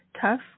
tough